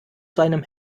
seinem